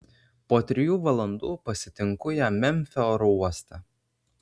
po trijų valandų pasitinku ją memfio oro uoste